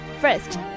First